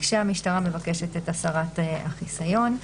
כשהמשטרה מבקשת את הסרת החיסיון.